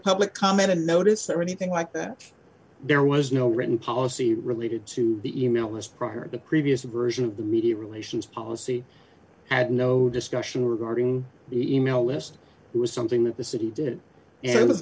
public comment a notice or anything like that there was no written policy related to the e mail was prior to previous version of the media relations policy at no discussion regarding the e mail list it was something that the city did it was